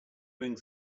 bring